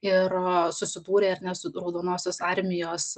ir susidūrė ar ne su raudonosios armijos